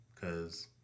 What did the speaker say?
Cause